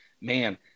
man